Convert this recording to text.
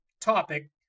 topic